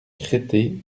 cretté